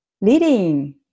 leading